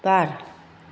बार